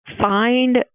find